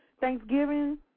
Thanksgiving